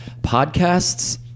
podcasts